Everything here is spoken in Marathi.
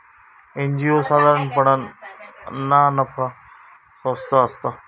एन.जी.ओ साधारणपणान ना नफा संस्था असता